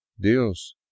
dios